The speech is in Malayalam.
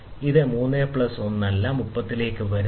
ഇത് പ്ലസ് 3 ° പ്ലസ് 1 ° അല്ല ഇത് 33 to ലേക്ക് വരുന്നില്ല